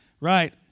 Right